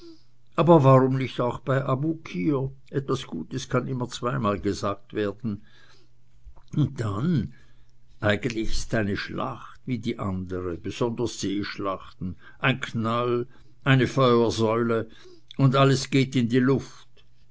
aber warum nicht auch bei abukir etwas gutes kann immer zweimal gesagt werden und dann eigentlich ist eine schlacht wie die andere besonders seeschlachten ein knall eine feuersäule und alles geht in die luft